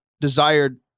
desired